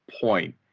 point